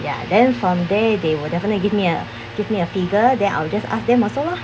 ya then from there they will definitely give me a give me a figure then I'll just ask them also lor